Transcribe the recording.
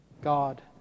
God